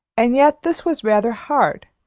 and yet this was rather hard,